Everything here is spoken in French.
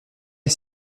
les